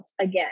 again